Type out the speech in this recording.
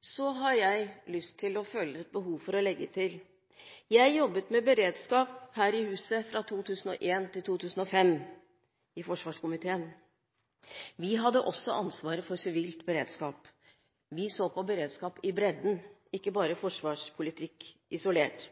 Så har jeg lyst til å legge til at jeg jobbet med beredskap i forsvarskomiteen her i dette huset fra 2001 til 2005. Vi hadde også ansvaret for sivilt beredskap. Vi så på beredskap og samfunnssikkerhet i bredden, ikke bare på forsvarspolitikk isolert.